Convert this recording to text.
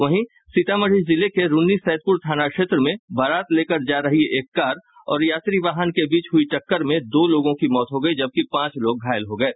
वहीं सीतामढ़ी जिले के रुन्नीसैदपुर थाना क्षेत्र में बारात लेकर जा रही एक कार और यात्री वाहन के बीच हुयी टक्कर में दो लोगों की मौत हो गयी जबकि पांच लोग घायल हो गये